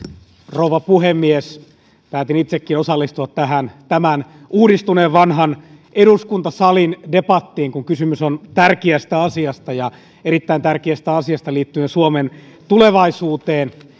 rouva puhemies päätin itsekin osallistua tähän uudistuneen vanhan eduskuntasalin debattiin kun kysymys on tärkeästä asiasta ja erittäin tärkeästä asiasta liittyen suomen tulevaisuuteen